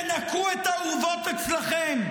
תנקו את האורוות אצלכם,